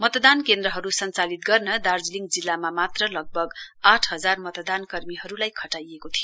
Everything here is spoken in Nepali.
मतदान केन्द्रहरू संचालित गर्न दार्जीलिङ जिल्लामा मात्र लगभग आठ हजार मतदान कर्मीहरूलाई खटाइएको थियो